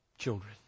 children